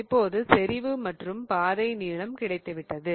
இப்போது செறிவு மற்றும் பாதை நீளம் கிடைத்துவிட்டது